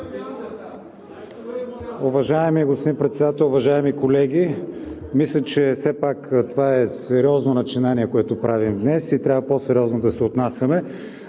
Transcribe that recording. Уважаеми господин Председател, уважаеми колеги! Мисля, че все пак това е сериозно начинание, което правим днес, и трябва по-сериозно да се отнасяме.